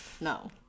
no